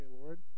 Lord